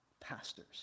pastors